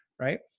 right